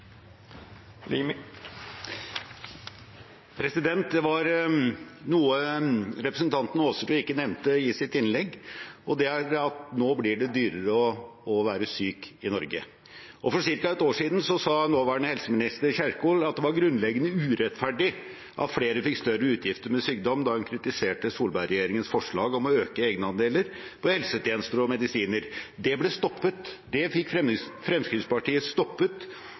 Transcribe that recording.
Det var noe representanten Aasrud ikke nevnte i sitt innlegg, og det er at nå blir det dyrere å være syk i Norge. For ca. et år siden sa nåværende helseminister Kjerkol at det var grunnleggende urettferdig at flere fikk større utgifter i forbindelse med sykdom, da hun kritiserte Solberg-regjeringens forslag om å øke egenandeler på helsetjenester og medisiner. Det ble stoppet. Det fikk Fremskrittspartiet stoppet